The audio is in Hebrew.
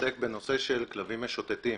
שמתעסק בנושא של כלבים משוטטים